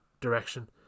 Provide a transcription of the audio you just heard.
direction